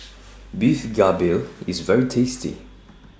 Beef Galbi IS very tasty